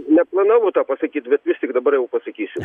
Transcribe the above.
neplanavau to pasakyt bet vis tik dabar jau pasakysiu